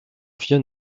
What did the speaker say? vieux